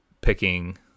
picking